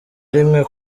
rimwe